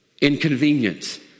Inconvenience